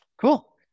cool